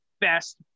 best